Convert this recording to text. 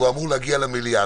והוא אמור להגיע למליאה.